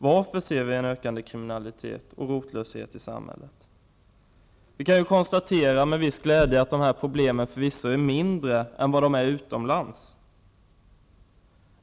Varför ser vi en ökande kriminalitet och rotlöshet i samhället? Vi kan med viss glädje konstatera att dessa problem förvisso är mindre i vårt land än utomlands.